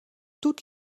toutes